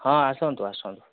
ହଁ ଆସନ୍ତୁ ଆସନ୍ତୁ